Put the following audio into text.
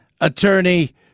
attorney